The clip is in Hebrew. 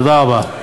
תודה רבה.